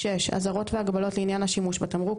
(6) אזהרות והגבלות לעניין השימוש בתמרוק,